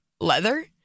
leather